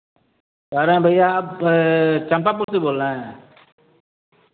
कह रहे भैया आप यह चंपापुर से बोल रहे हैं